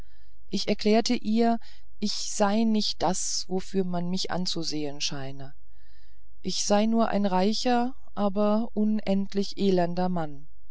ich erklärte ihr ich sei nicht das wofür man mich anzusehen schien ich sei nur ein reicher aber unendlich elender mann